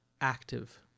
active